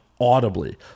audibly